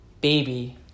baby